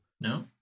No